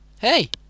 Hey